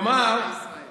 כלומר,